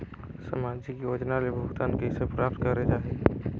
समाजिक योजना ले भुगतान कइसे प्राप्त करे जाहि?